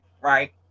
right